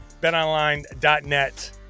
BetOnline.net